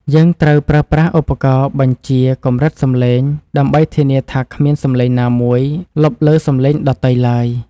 យើងត្រូវប្រើប្រាស់ឧបករណ៍បញ្ជាកម្រិតសំឡេងដើម្បីធានាថាគ្មានសំឡេងណាមួយលុបលើសំឡេងដទៃឡើយ។